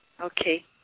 Okay